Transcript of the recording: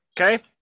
Okay